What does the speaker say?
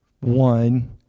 one